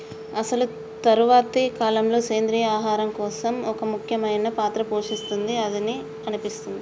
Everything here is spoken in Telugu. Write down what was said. అసలు తరువాతి కాలంలో, సెంద్రీయ ఆహారం ఒక ముఖ్యమైన పాత్ర పోషిస్తుంది అని అనిపిస్తది